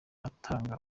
atanga